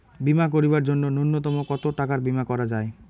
বীমা করিবার জন্য নূন্যতম কতো টাকার বীমা করা যায়?